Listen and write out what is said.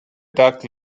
duck